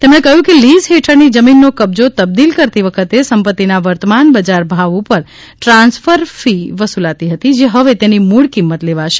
તેમણે કહ્યું છે કે લીઝ હેઠળની જમીનનો કબજો તબદીલ કરતી વખતે સંપતિના વર્તમાન બજાર ભાવ ઉપર ટ્રાન્સફર ફી વસુલાત હતી જે હવે તેની મૂળ કિંમત લેવાશે